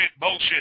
bullshit